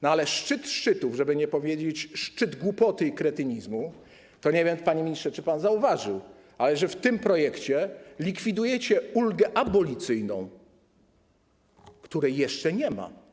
No ale szczyt szczytów, żeby nie powiedzieć szczyt głupoty i kretynizmu - nie wiem, panie ministrze, czy pan to zauważył - w tym projekcie likwidujecie ulgę abolicyjną, której jeszcze nie ma.